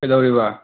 ꯀꯩꯗꯧꯔꯤꯕ